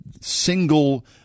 single